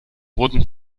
wurden